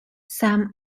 some